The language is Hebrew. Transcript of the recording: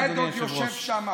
ועודד עוד יושב שם.